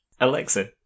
Alexa